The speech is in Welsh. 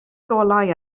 golau